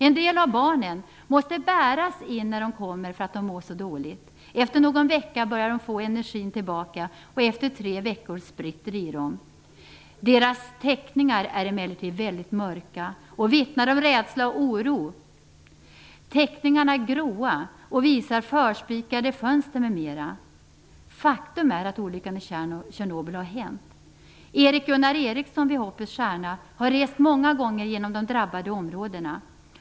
En del av barnen måste bäras in när de kommer därför att de mår så dåligt. Efter någon vecka börjar de få tillbaka energin, och efter tre veckor spritter det i dem. Deras teckningar är emellertid väldigt mörka och vittnar om rädsla och oro. Teckningarna är grå och visar förspikade fönster m.m. Faktum är att olyckan i Tjernobyl har hänt! Erik Gunnar Eriksson, Hoppets Stjärna, har många gånger rest genom de drabbade områdena.